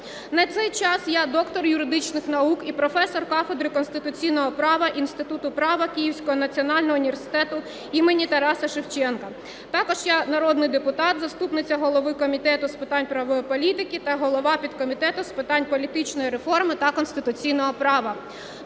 На цей час я доктор юридичних наук і професор кафедри конституційного права Інституту права Київського національного університету імені Тараса Шевченка. Також я народний депутат, заступниця голови Комітету з питань правової політики та голова підкомітету з питань політичної реформи та конституційного права.